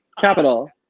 Capital